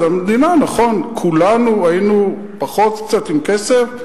אז המדינה, נכון, כולנו היינו עם קצת פחות כסף.